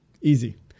Easy